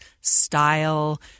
style